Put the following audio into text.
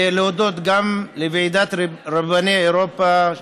להודות גם לוועידת רבני אירופה,